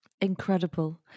Incredible